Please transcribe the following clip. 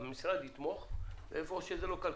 המשרד יתמוך היכן שזה לא כלכלי.